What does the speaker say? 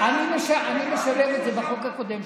אני משלב את זה בחוק הקודם,